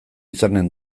izanen